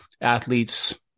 athletes